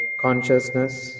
consciousness